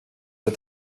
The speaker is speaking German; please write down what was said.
der